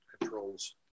controls